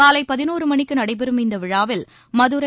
காலை பதினோரு மணிக்கு நடைபெறும் இந்த விழாவில் மதுரை